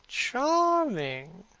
charming!